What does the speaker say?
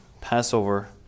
Passover